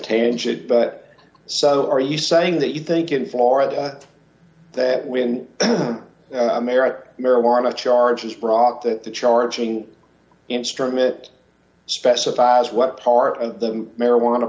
detail but so are you saying that you think in florida that when america marijuana charges brought that the charging instrument specifies what part of the marijuana